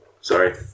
Sorry